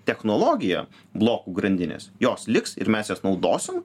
technologija blokų grandinės jos liks ir mes jas naudosim